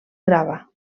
grava